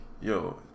Yo